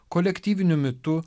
kolektyviniu mitu